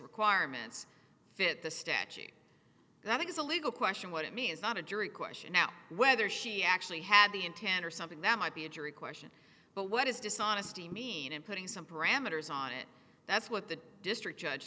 requirements fit the statute that is a legal question what it means not a jury question now whether she actually had the intent or something that might be a jury question but what does dishonesty mean in putting some parameters on it that's what the district judge